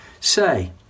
say